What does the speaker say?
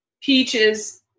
peaches